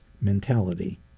mentality